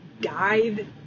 dive